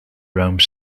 rome